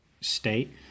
state